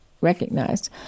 recognized